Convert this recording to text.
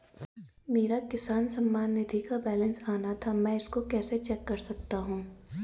मेरा किसान सम्मान निधि का बैलेंस आना था मैं इसको कैसे चेक कर सकता हूँ?